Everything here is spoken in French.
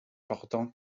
portant